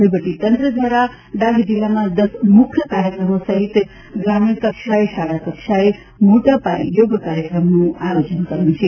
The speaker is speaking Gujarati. વહિવટીતંત્ર દ્વારા ડાંગ જિલ્લામાં દસ મુખ્ય કાર્યક્રમો સહિત ગ્રામીણ કક્ષાએ શાળા કક્ષાએ મોટાપાયે યોગ કાર્યક્રમોનું આયોજન કરાયું છે